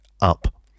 Up